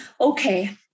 Okay